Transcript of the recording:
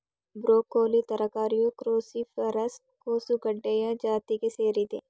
broccoli ತರಕಾರಿಯು cruciferous ಕೋಸುಗಡ್ಡೆಯ ಜಾತಿಗೆ ಸೇರಿದೆ